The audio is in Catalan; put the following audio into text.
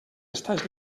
estats